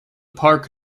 park